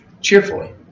cheerfully